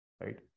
right